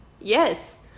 Yes